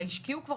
הרי השקיעו כבר